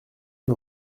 une